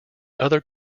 other